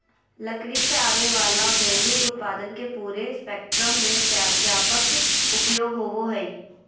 लकड़ी से आवय वला औद्योगिक उत्पादन के पूरे स्पेक्ट्रम में व्यापक उपयोग होबो हइ